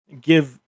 give